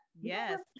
Yes